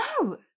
No